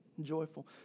joyful